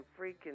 freaking